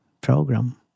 program